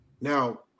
now